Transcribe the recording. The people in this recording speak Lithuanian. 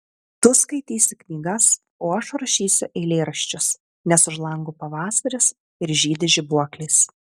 tu skaitysi knygas o aš rašysiu eilėraščius nes už lango pavasaris ir žydi žibuoklės